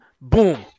boom